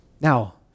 Now